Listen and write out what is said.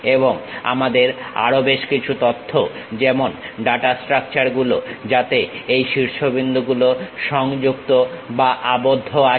এবং আমাদের আরো বেশকিছু তথ্য যেমন ডাটা স্ট্রাকচার গুলো যাতে এই শীর্ষবিন্দুগুলো সংযুক্ত বা আবদ্ধ আছে